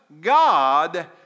God